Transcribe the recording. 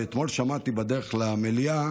ואתמול שמעתי בדרך למליאה